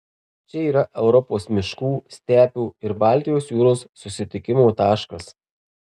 čia yra europos miškų stepių ir baltijos jūros susitikimo taškas